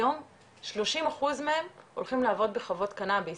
היום 30% הולכים לעבוד בחוות קנאביס.